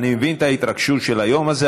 אני מבין את ההתרגשות של היום הזה,